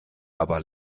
aber